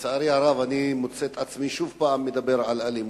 לצערי הרב אני מוצא את עצמי שוב פעם מדבר על אלימות.